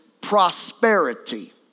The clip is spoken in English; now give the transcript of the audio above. prosperity